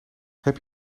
heb